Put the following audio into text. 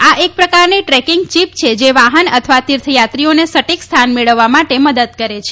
આ એક પ્રકારની ટ્રેકિંગ ચીપ છે જે વાહન અથવા તીર્થથાત્રીઓને સટીક સ્થાન મેળવવા માટે મદદ કરે છે